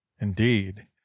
indeed